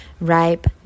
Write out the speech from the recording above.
ripe